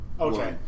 Okay